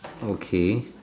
okay